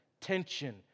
tension